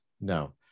no